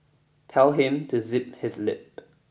tell him to zip his lip